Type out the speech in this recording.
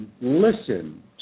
listen